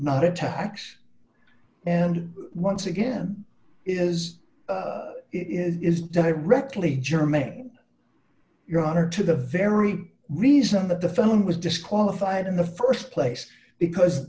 not a tax and once again is it is directly germane your honor to the very reason that the phone was disqualified in the st place because